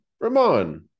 Ramon